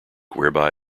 whereby